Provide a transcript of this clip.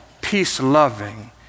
peace-loving